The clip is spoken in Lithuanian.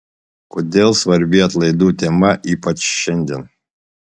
kodėl svarbi atlaidų tema ypač šiandien